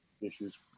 issues